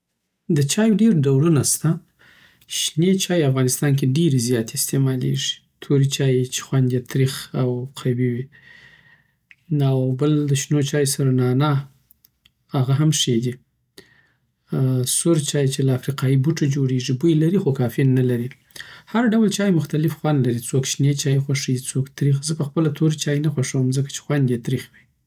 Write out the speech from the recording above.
د چای ډېر ډولونه شته. شنی چایی افغانستان کی ډیریی زیاتی استعمالیږی توری چایی چې خوند یې تریخ او قوي وي. او بل دشنوچایو سره نعناع، هغه هم ښی دی. سور چای چی له افریقایي بوټو جوړېږي، بوی لري خو کافین نه لري. هر ډول چای مختلف خوند لري، څوک شنی چای خوښوي، څوک تریخ. زه پخپله تور چای نه خوښوم، ځکه چې خوند یی تریخ وی